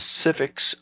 specifics